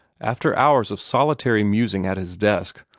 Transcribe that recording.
after hours of solitary musing at his desk,